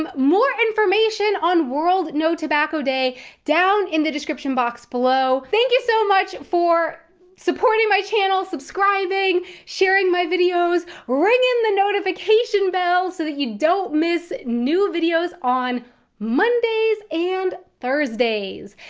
um more information on world no tobacco day down in the description box below. thank you so much for supporting my channel, subscribing, sharing my videos, ringing the notification bell so that you don't miss new videos on mondays and thursdays.